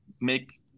make